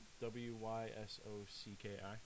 W-Y-S-O-C-K-I